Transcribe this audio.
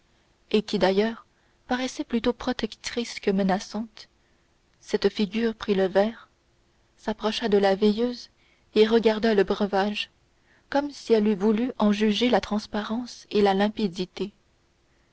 et qui d'ailleurs paraissait plutôt protectrice que menaçante cette figure prit le verre s'approcha de la veilleuse et regarda le breuvage comme si elle eût voulu en juger la transparence et la limpidité